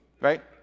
right